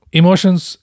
emotions